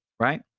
Right